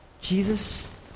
Jesus